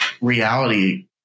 reality